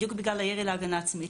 בדיוק בגלל הירי להגנה עצמית,